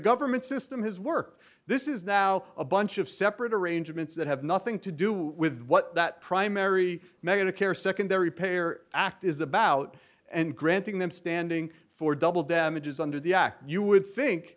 government system his work this is now a bunch of separate arrangements that have nothing to do with what that primary medicare secondary payer act is about and granting them standing for double damages under the act you would